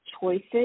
choices